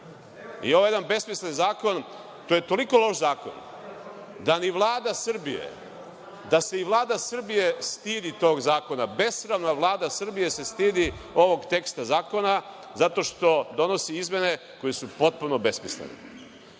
3. Ovo je jedan besmislen zakon. To je toliko loš zakon da se i Vlada Srbije stidi tog zakona, besramna Vlada Srbije se stidi ovog teksta zakona zato što donosi izmeni koje su potpuno besmislene.